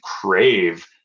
crave